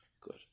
Good